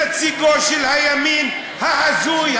נציגו של הימין ההזוי,